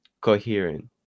coherent